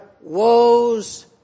woes